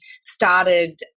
started